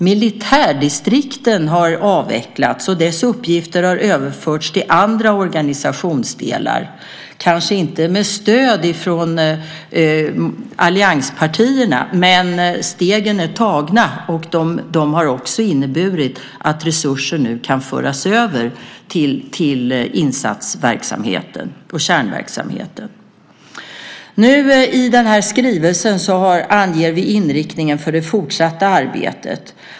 Militärdistrikten har avvecklats och deras uppgifter överförts till andra organisationsdelar. Detta har kanske inte skett med stöd från allianspartierna, men stegen är tagna och har också inneburit att resurser nu kan föras över till kärnverksamheten: insatsverksamheten. I den här skrivelsen anger vi nu inriktningen för det fortsatta arbetet.